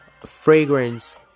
fragrance